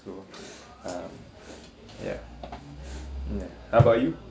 so um yup ya how about you